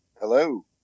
Hello